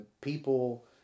people